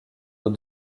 aux